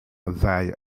thy